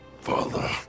Father